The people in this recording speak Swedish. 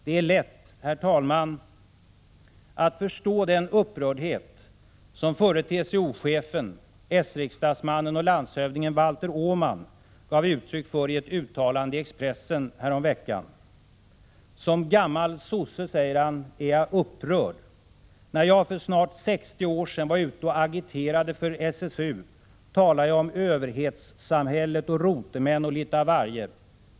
Det är lätt, herr talman, att förstå den upprördhet som förre TCO-chefen, s-riksdagsmannen och landshövdingen Valter Åman gav uttryck för i ett uttalande i Expressen häromveckan: ”Som gammal sosse är jag upprörd. När jag för snart 60 år sedan var ute och agiterade för SSU talade jag om överhetssamhället och rotemän och litet av varje.